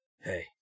hey